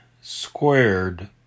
squared